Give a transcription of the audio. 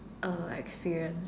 uh experience